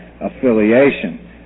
affiliation